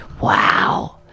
Wow